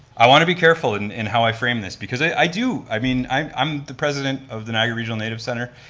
i want to be careful and in how i frame this, because i do, i mean, i'm the president of the niagara region native centre,